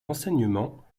enseignement